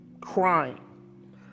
crying